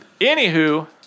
Anywho